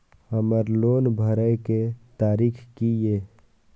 हमर लोन भरए के तारीख की ये?